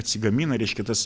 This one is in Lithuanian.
atsigamina reiškia tas